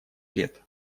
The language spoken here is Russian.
лет